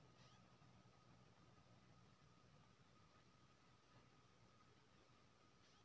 पंजाब मे खेती लेल एतेक पानि निकाललकै कि पानि केर लेभल बहुत नीच्चाँ चलि गेलै